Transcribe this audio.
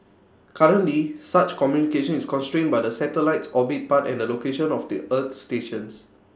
currently such communication is constrained by the satellite's orbit path and the location of the earth stations